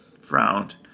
frowned